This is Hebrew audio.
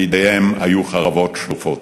בידיהם היו חרבות שלופות.